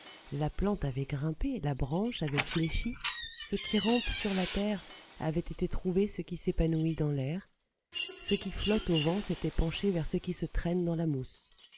la plante avait grimpé la branche avait fléchi ce qui rampe sur la terre avait été trouver ce qui s'épanouit dans l'air ce qui flotte au vent s'était penché vers ce qui se traîne dans la mousse